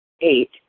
Eight